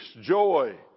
joy